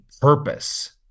purpose